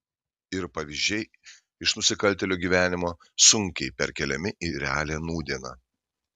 ir pavyzdžiai iš nusikaltėlių gyvenimo sunkiai perkeliami į realią nūdieną